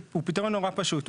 הוא פתרון נורא פשוט,